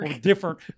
Different